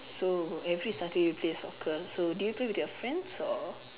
so every Saturday you play soccer so do you play with your friends or